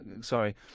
sorry